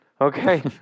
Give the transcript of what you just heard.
Okay